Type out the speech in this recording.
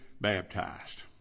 baptized